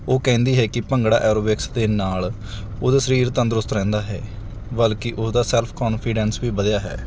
ਉਹ ਕਹਿੰਦੀ ਹੈ ਕਿ ਭੰਗੜਾ ਐਰੋਬਿਕਸ ਦੇ ਨਾਲ ਉਹਦਾ ਸਰੀਰ ਤੰਦਰੁਸਤ ਰਹਿੰਦਾ ਹੈ ਬਲਕਿ ਉਹਦਾ ਸੈਲਫ ਕੋਨਫੀਡੈਂਸ ਵੀ ਵਧਿਆ ਹੈ